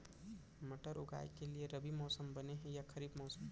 मटर उगाए के लिए रबि मौसम बने हे या खरीफ मौसम?